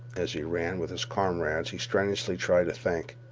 as he ran with his comrades he strenuously tried to think,